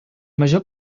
major